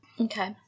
okay